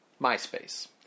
MySpace